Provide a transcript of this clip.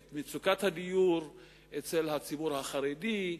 את מצוקת הדיור אצל הציבור החרדי,